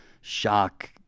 shock